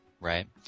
right